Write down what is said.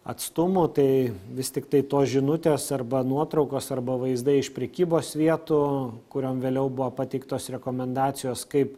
atstumų tai vis tiktai tos žinutės arba nuotraukos arba vaizdai iš prekybos vietų kuriom vėliau buvo pateiktos rekomendacijos kaip